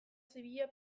zibila